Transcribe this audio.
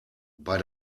bei